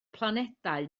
planedau